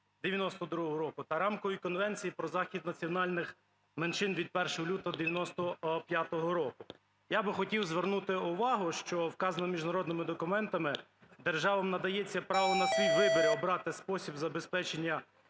92-го року та Рамкової конвенції про захист національних меншин від 1 лютого 95-го року. Я би хотів звернути увагу, що вказаними міжнародними документами державам надається право на свій вибір обирати спосіб забезпечення